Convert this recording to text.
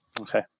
Okay